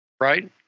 right